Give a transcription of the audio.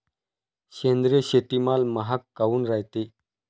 सेंद्रिय शेतीमाल महाग काऊन रायते?